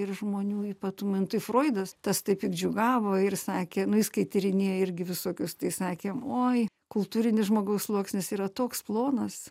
ir žmonių ypatumai nu tai froidas tas tai piktdžiugavo ir sakė nu jis kai tyrinėjo irgi visokius tai sakėm oi kultūrinis žmogaus sluoksnis yra toks plonas